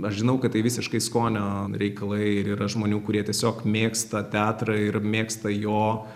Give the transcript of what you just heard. aš žinau kad tai visiškai skonio reikalai ir yra žmonių kurie tiesiog mėgsta teatrą ir mėgsta jo